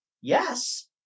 yes